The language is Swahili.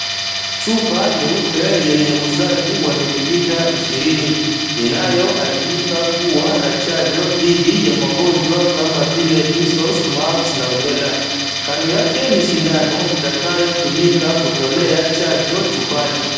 Chupa nyeupe yenye uzani wa mililita ishirini, inayoaminika kuwa na chanjo dhidi ya magonjwa kama vile measles, mumps, na rubella. Kando yake ni sindano itakayotumika kutolea chanjo chupani.